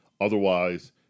Otherwise